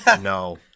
No